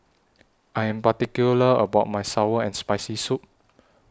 I Am particular about My Sour and Spicy Soup